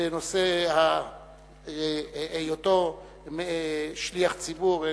בנושא היותו שליח ציבור,